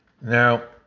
Now